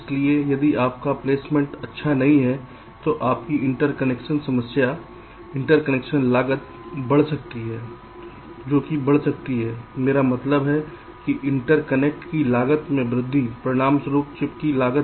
इसलिए यदि आपका प्लेसमेंट अच्छा नहीं है तो आपकी इंटरकनेक्शन समस्या इंटरकनेक्शन लागत बढ़ सकती है जो कि बढ़ सकती है मेरा मतलब है कि इंटरकनेक्ट की लागत में वृद्धि परिणामस्वरूप चिप की लागत